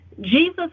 Jesus